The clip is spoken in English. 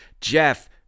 jeff